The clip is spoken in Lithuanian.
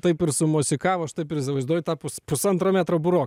taip ir sumosikavo aš taip ir įsivaizduoju tą pus pusantro metro burok